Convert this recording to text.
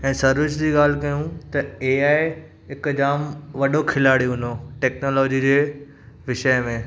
ऐं सर्विस जी ॻाल्हि कयूं त ए आई हिकु जाम वॾो खिलाड़ी हुन्दो टैकनोलजी जे विषय में